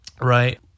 right